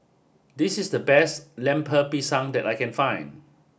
this is the best Lemper Pisang that I can find